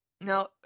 Now